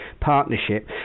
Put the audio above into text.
partnership